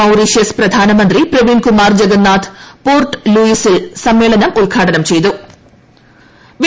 Mauritius പ്രധാനമന്ത്രി Pravind Kumar Jugnauth Port ലൂയിസിൽ സമ്മേളനം ഉദ്ഘാടനം ചെയ്യും